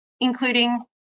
including